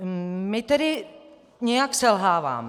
My tedy nějak selháváme.